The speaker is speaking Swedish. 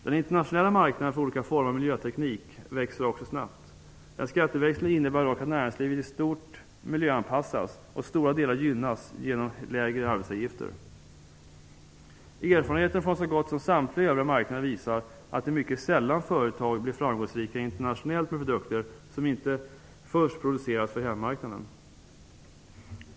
Den internationella marknaden för olika former av miljöteknik växer också snabbt. En skatteväxling innebär dock att näringslivet i stort miljöanpassas, och stora delar gynnas genom lägre arbetsgivaravgifter. Erfarenheter från så gott som samtliga övriga marknader visar att det är mycket sällan företag blir framgångsrika internationellt med produkter som inte först producerats för hemmamarknaden.